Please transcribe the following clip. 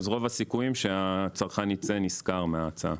רוב הסיכויים שהצרכן ייצא נשכר מההצעה.